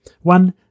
One